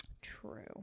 True